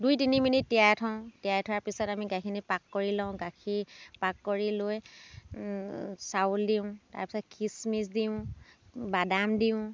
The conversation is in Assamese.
দুই তিনি মিনিট তিয়াই থওঁ তিয়াই থোৱাৰ পিছত আমি গাখীৰখিনি পাক কৰি লওঁ গাখীৰ পাক কৰি লৈ চাউল দিওঁ তাৰ পিছত খিচমিচ দিওঁ বাদাম দিওঁ